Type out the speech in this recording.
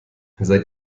seit